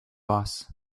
boss